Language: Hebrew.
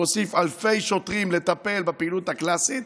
להוסיף אלפי שוטרים לטפל בפעילות הקלאסית,